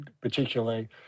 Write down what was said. particularly